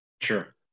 Sure